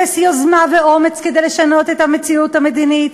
אפס יוזמה ואומץ לשנות את המציאות המדינית,